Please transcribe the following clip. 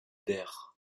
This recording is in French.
d’air